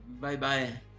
Bye-bye